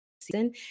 season